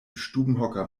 stubenhocker